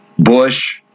Bush